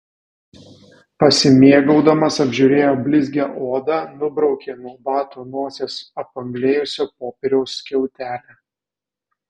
pasimėgaudamas apžiūrėjo blizgią odą nubraukė nuo bato nosies apanglėjusio popieriaus skiautelę